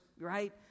Right